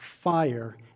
fire